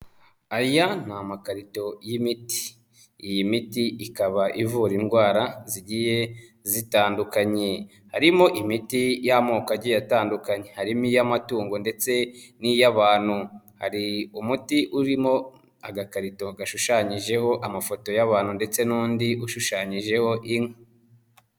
Aya ni amakarito y'imiti, ikaba ivura indwara zigiye zitandukanye, harimo imiti y'amoko agiye atandukanye, harimo iy'amatungo ndetse n'iy'abantu, hari umuti uri mu agakarito gashushanyijeho amafoto y'abantu ndetse n'undi ushushanyijeho inka.